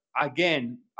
again